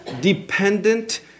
dependent